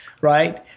Right